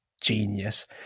genius